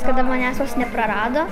kada manęs vos neprarado